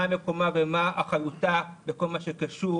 מה מקומה ומה אחריותה בכל מה שקשור